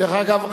דרך אגב,